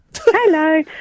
Hello